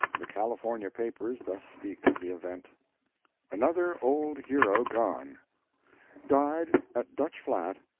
the california papers thus speak of the event another old hero gone died, at dutch flat,